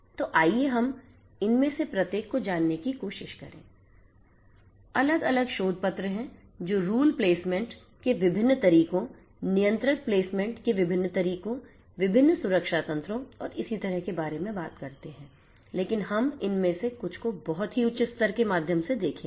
तो आइए हम इनमें से प्रत्येक को जानने की कोशिश करें अलग अलग शोध पत्र हैं जो रूल प्लेसमेंट के विभिन्न तरीकों नियंत्रक प्लेसमेंट के विभिन्न तरीकों विभिन्न सुरक्षा तंत्रों और इसी तरह के बारे में बात करते हैं लेकिन हम इनमें से कुछ को बहुत ही उच्च स्तर के माध्यम से देखेंगे